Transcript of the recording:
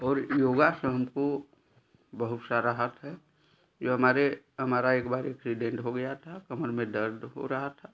और योगा से हमको बहुत सा राहत है जो हमारे हमारा एक बार एक्सीडेंट हो गया था कमर में दर्द हो रहा था